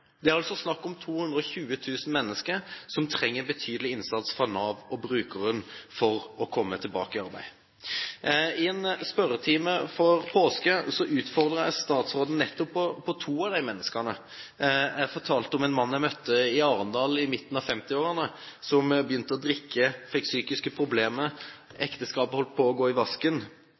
Det er altså snakk om 220 000 mennesker som trenger betydelig innsats fra Nav for å komme tilbake i arbeid. I en spørretime før påske utfordret jeg statsråden når det gjaldt to av disse menneskene. Jeg fortalte om en mann i midten av 50-årene jeg møtte i Arendal. Han hadde begynt å drikke, han fikk psykiske problemer og ekteskapet hans holdt på å gå i vasken,